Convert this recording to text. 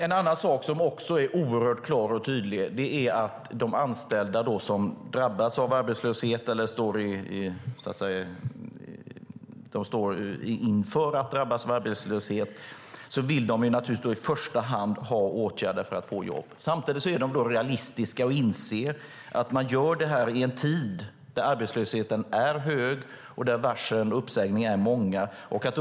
En annan sak som också är oerhört klar och tydlig är att de anställda som drabbas av eller står inför att drabbas av arbetslöshet i första hand vill ha åtgärder för att få jobb. Samtidigt är de realistiska och inser att man gör detta i en tid då arbetslösheten är hög och då varslen och uppsägningarna är många.